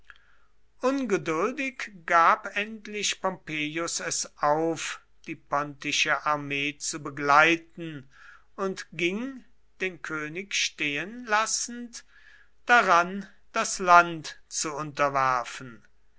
ungeduldig gab endlich pompeius es auf die pontische armee zu begleiten und ging den könig stehen lassend daran das land zu unterwerfen